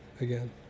again